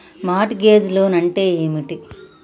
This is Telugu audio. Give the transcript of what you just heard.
మార్ట్ గేజ్ లోన్ అంటే ఏమిటి?